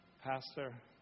Pastor